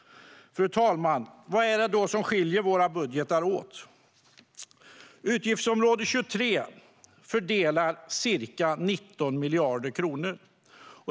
Fru talman! Vad är det då som skiljer våra budgetar åt? Utgiftsområde 23 fördelar ca 19 miljarder kronor.